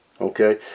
Okay